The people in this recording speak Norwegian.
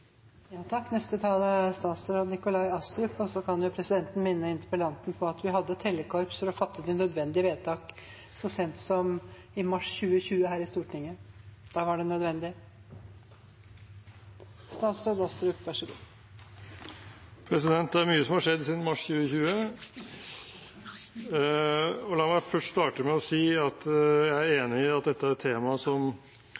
kan minne interpellanten om at vi hadde tellekorps for å fatte de nødvendige vedtak så sent som i mars 2020 her i Stortinget. Da var det nødvendig. Det er mye som har skjedd siden mars 2020. La meg starte med å si at jeg er